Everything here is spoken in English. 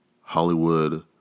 Hollywood